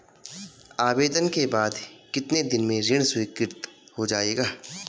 आवेदन के बाद कितने दिन में ऋण स्वीकृत हो जाएगा?